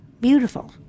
beautiful